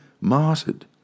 martyred